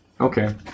okay